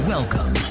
Welcome